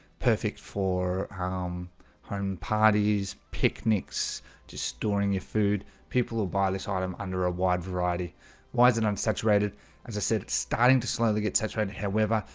perfect for home home parties picnics just storing your food people will buy this item under a wide variety why is it unsaturated as i said it's starting to slowly get saturated. however,